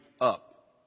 up